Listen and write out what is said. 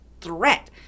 threat